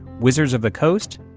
wizards of the coast,